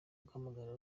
guhamagarira